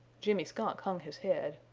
jimmy skunk hung his head.